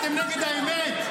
אתם נגד האמת?